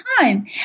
time